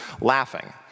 laughing